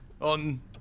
on